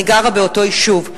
אני גרה באותו יישוב.